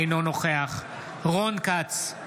אינו נוכח רון כץ,